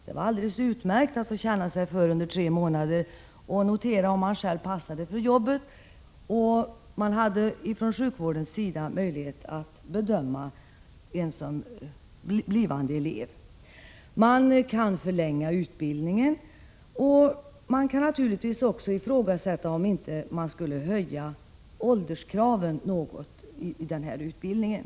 Det var alldeles utmärkt att få känna sig för under tre månader och notera om man själv passade för jobbet, och från sjukvårdens sida hade man under den tiden möjlighet att bedöma en blivande elev. Man kan förlänga utbildningen, och man kan naturligtvis ifrågasätta om man inte skulle höja ålderskraven något för den här utbildningen.